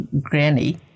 granny